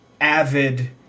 avid